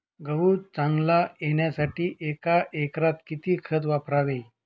गहू चांगला येण्यासाठी एका एकरात किती खत वापरावे?